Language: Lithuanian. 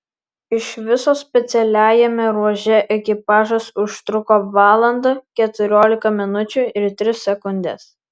iš viso specialiajame ruože ekipažas užtruko valandą keturiolika minučių ir tris sekundes